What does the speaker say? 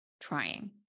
trying